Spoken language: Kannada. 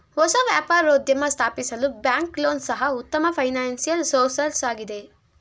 ಹೊಸ ವ್ಯಾಪಾರೋದ್ಯಮ ಸ್ಥಾಪಿಸಲು ಬ್ಯಾಂಕ್ ಲೋನ್ ಸಹ ಉತ್ತಮ ಫೈನಾನ್ಸಿಯಲ್ ಸೋರ್ಸಸ್ ಆಗಿದೆ